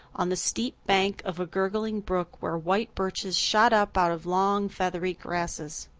on the steep bank of a gurgling brook where white birches shot up out of long feathery grasses.